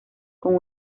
con